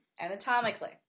anatomically